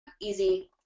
easy